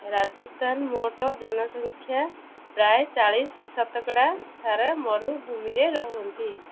ରାଜସ୍ଥାନ ମୋଟ ଜନସଂଖ୍ୟା ପ୍ରାୟ ଚାଳିଶ ଶତକଡ଼ା ଥାର ମରୁଭୂମିରେ ରହନ୍ତି